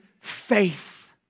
faith